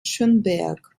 schönberg